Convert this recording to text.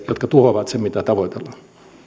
jotka tuhoavat sen mitä tavoitellaan